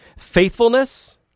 Faithfulness